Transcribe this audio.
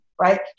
right